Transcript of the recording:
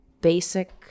basic